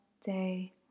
day